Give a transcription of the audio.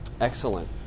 Excellent